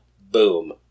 boom